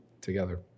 together